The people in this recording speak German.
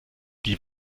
die